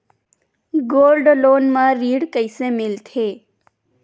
Gold loan म ऋण कइसे मिलथे?